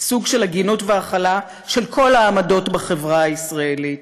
סוג של הגינות והכלה של כל העמדות בחברה הישראלית,